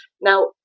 Now